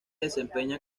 desempeña